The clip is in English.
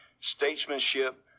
statesmanship